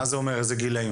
מה זה אומר איזה גילאים?